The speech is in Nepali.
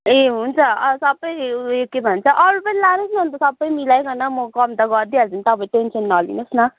ए हुन्छ सबै उयो के भन्छ अरू पनि लानहोस् न अन्त सबै मिलाइ किन म कम त गरिदिइहाल्छु नि तपाईँ टेन्सन नलिनुहोस् न